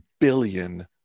billion